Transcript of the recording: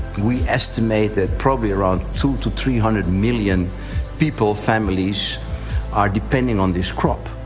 we estimate that probably around two to three hundred million people's families are depending on this crop.